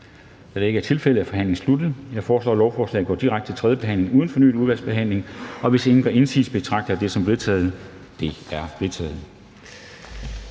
Da det ikke er tilfældet, er forhandlingen sluttet. Jeg foreslår, at lovforslaget går direkte til tredje behandling uden fornyet udvalgsbehandling, og hvis ingen gør indsigelse, betragter jeg det som vedtaget. Det er vedtaget.